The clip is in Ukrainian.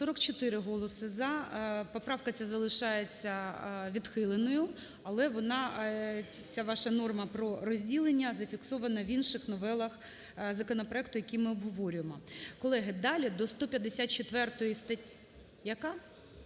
44 голоси "за". Поправка ця залишається відхиленою, але вона, ця ваша норма про розділення, зафіксована в інших новелах законопроекту, який ми обговорюємо. Колеги, далі до 154 статті.